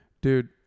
dude